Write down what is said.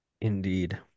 Indeed